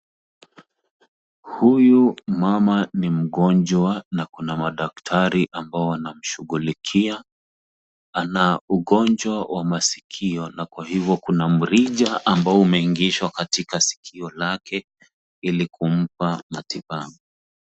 Huyu mama ni mgonjwa na kuna madaktari ambao wanamshughulikia. Ana ugonjwa wa masikio na kwa hivyo kuna mrija ambao umeingishwa katika sikio lake, ili kumpa matibabu.